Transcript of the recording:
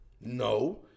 No